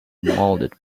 moulded